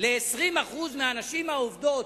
ל-20% מהנשים העובדות,